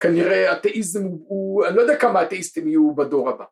כנראה אתאיזם הוא... אני לא יודע כמה אתאיסטים יהיו בדור הבא